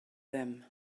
them